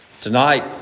Tonight